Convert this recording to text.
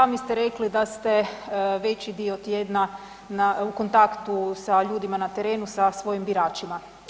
I sami ste rekli da ste veći dio tjedna u kontaktu sa ljudima na terenu, sa svojim biračima.